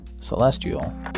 celestial